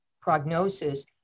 prognosis